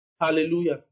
Hallelujah